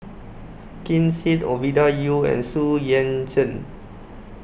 Ken Seet Ovidia Yu and Xu Yuan Zhen